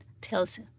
tells